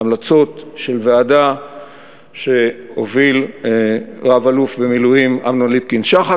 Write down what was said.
המלצות של ועדה שהוביל רב-אלוף במילואים אמנון ליפקין-שחק,